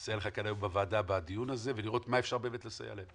לסייע לך כאן היום בוועדה בדיון הזה ולראות מה אפשר באמת לסייע להם.